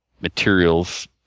materials